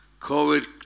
COVID